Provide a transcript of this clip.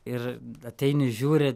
ir ateini žiūri